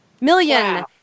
million